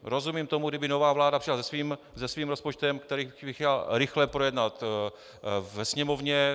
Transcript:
Rozumím tomu, kdyby nová vláda přišla se svým rozpočtem, který by chtěla rychle projednat ve Sněmovně.